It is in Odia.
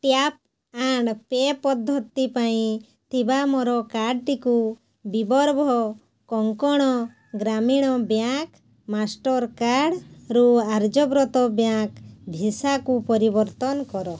ଟ୍ୟାପ୍ ଆଣ୍ଡ୍ ପେ ପଦ୍ଧତି ପାଇଁ ଥିବା ମୋର କାର୍ଡ଼୍ଟିକୁ ବିବର୍ଭ କଙ୍କଣ ଗ୍ରାମୀଣ ବ୍ୟାଙ୍କ୍ ମାଷ୍ଟର୍କାର୍ଡ଼୍ରୁ ଆର୍ଯ୍ୟବ୍ରତ ବ୍ୟାଙ୍କ୍ ଭିସାକୁ ପରିବର୍ତ୍ତନ କର